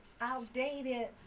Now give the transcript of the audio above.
outdated